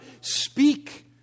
speak